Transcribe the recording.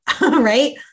right